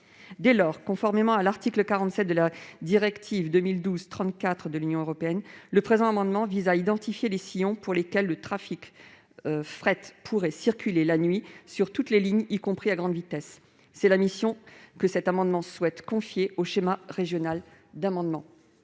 Dès lors, conformément à l'article 47 de la directive 2012/34/UE, le présent amendement vise à identifier les sillons sur lesquels les trains de fret pourraient circuler la nuit sur toutes les lignes, y compris à grande vitesse. C'est la mission que cet amendement entend confier au Sraddet.